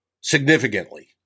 significantly